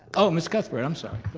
oh, miss cuthbert, i'm sorry,